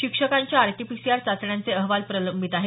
शिक्षकांच्या आरटीपीसीआर चाचण्यांचे अहवाल प्रलंबित आहेत